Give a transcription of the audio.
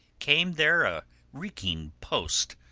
came there a reeking post,